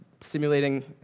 simulating